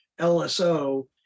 LSO